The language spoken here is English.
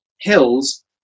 hills